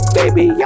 baby